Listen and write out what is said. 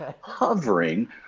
hovering